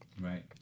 Right